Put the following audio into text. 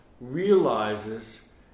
realizes